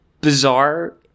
bizarre